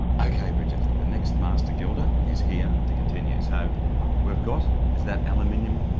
okay brigitte, the next master gilder is here to continue, so we've got is that aluminium?